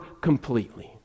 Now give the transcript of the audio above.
completely